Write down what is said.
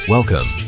Welcome